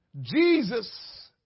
Jesus